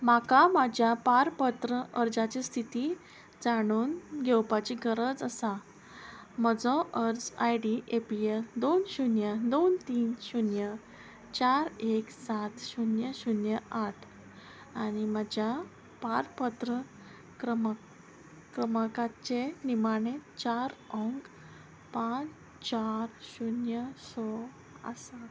म्हाका म्हज्या पारपत्र अर्जाची स्थिती जाणून घेवपाची गरज आसा म्हजो अर्ज I D A P L दोन शुन्य दोन तीन शुन्य चार एक सात शुन्य शुन्य आठ आनी म्हज्या पारपत्र क्रम क्रमांकाचे निमाणे चार अंक पांच चार शुन्य स आसा